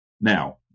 Now